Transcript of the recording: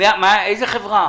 מי זו החברה?